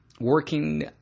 Working